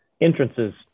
entrances